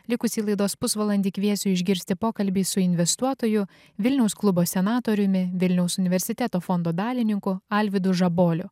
likusį laidos pusvalandį kviesiu išgirsti pokalbį su investuotoju vilniaus klubo senatoriumi vilniaus universiteto fondo dalininku alvydu žaboliu